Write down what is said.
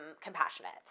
compassionate